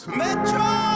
metro